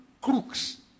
crooks